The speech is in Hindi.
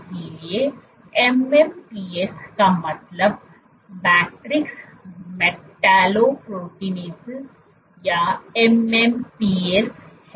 इसलिए MMPs का मतलब मैट्रिक्स मैटलो प्रोटीनेसस या MMPs है